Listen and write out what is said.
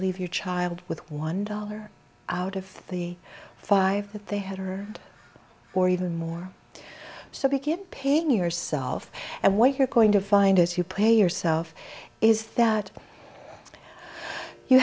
leave your child with one dollar out of the five that they had her or even more so begin paying yourself and what you're going to find if you pay yourself is that you